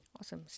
Awesome